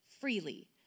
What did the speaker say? freely